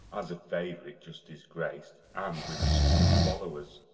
as a favourite just disgraced, and with as few followers.